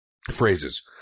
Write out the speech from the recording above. phrases